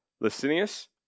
Licinius